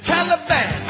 Taliban